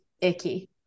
icky